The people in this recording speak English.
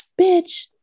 Bitch